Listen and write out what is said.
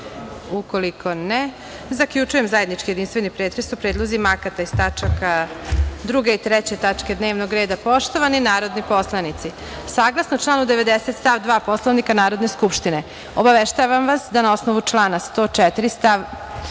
ne, zaključujem zajednički jedinstveni pretres o predlozima akata iz tačaka 2. i 3. tačke dnevnog reda. Poštovani narodni poslanici, saglasno članu 90. stav 2. Poslovnika Narodne skupštine, obaveštavam vas da na osnovu člana 101. stav 4.